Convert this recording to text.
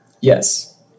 yes